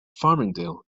farmingdale